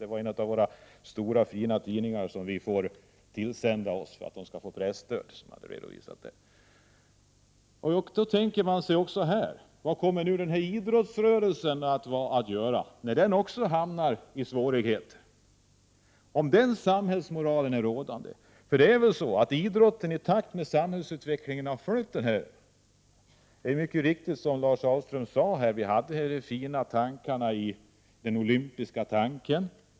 Detta redovisades i en av de stora fina tidningar som vi får oss tillsända för att de skall få presstöd. Då tänker man så här: Om den samhällsmoralen är rådande, vad kommer idrottsrörelsen att göra, när också den hamnar i svårigheter? Det är väl så att idrotten i takt med samhället i övrigt har följt den här utvecklingen. Det är riktigt som Lars Ahlström sade här att den olympiska tanken var mycket fin.